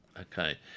Okay